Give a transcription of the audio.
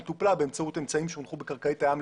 היא טופלה באמצעות אמצעים שהונחו בקרקעית הים.